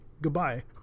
goodbye